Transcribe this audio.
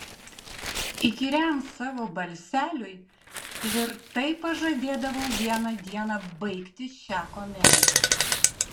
įkyriam savo balseliui tvirtai pažadėdavau vieną dieną baigti šią komediją